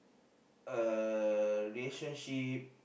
a relationship